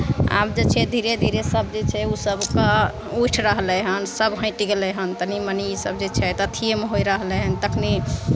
आब जे छै धीरे धीरे सभ जे छै ओ सभके उठि रहलै हन सभ हटि गेलै हन तनी मनी इसभ जे छै अथिएमे होय रहलै हन तखन